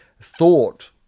thought